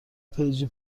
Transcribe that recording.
پیجی